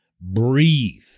breathe